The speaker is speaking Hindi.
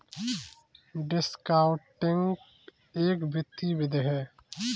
डिस्कॉउंटिंग एक वित्तीय विधि है